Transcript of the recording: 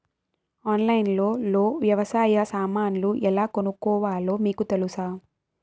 ఆన్లైన్లో లో వ్యవసాయ సామాన్లు ఎలా కొనుక్కోవాలో మీకు తెలుసా?